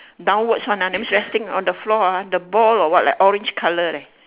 downwards one ah that means resting on the floor ah the ball or what like orange colour leh